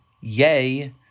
Yay